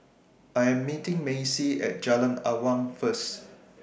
I'm meeting Macy At Jalan Awan First